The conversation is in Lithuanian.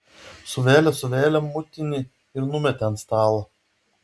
suvėlė suvėlė mutinį ir numetė ant stalo